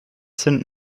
sind